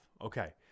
Okay